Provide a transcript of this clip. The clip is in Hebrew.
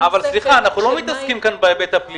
אנחנו לא מתעסקים כאן בהיבט הפלילי.